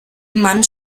man